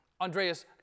Andreas